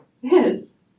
Yes